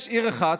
יש עיר אחת,